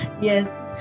Yes